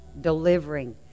delivering